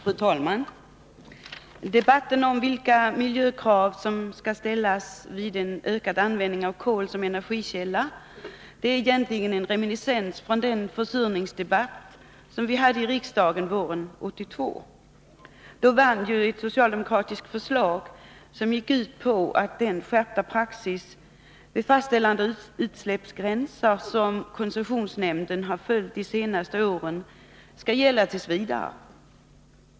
Fru talman! Debatten om vilka miljökrav som skall ställas vid en ökad användning av kol som energikälla är egentligen en reminiscens från den försurningsdebatt vi hade i riksdagen våren 1982. Då vann ett socialdemokratiskt förslag som gick ut på att den skärpta praxis vid fastställande av utsläppsgränser som koncessionsnämnden har följt de senaste åren skall gälla t. v.